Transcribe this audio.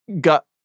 got